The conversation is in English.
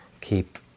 keep